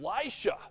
Elisha